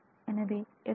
எனவே எக்ஸ்